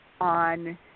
on